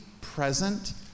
present